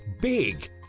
big